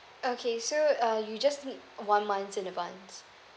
okay so uh you just need one month in advance